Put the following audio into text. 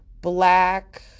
black